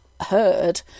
heard